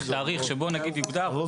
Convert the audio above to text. תאריך, תאריך שבו נגיד יוגדר.